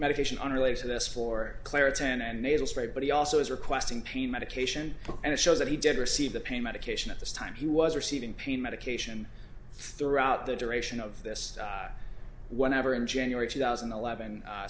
medication unrelated asked for claritin and nasal spray but he also is requesting pain medication and it shows that he did receive the pain medication at this time he was receiving pain medication throughout the duration of this whatever in january two thousand and eleven